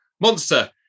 monster